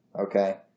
Okay